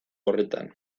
horretan